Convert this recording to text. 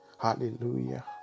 Hallelujah